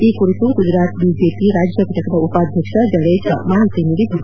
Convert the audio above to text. ಈ ಕುರಿತು ಗುಜರಾತ್ ಬಿಜೆಪಿ ರಾಜ್ಯ ಘಟಕದ ಉಪಾಧ್ಯಕ್ಷ ಜಡೇಜಾ ಮಾಹಿತಿ ನೀಡಿದ್ದು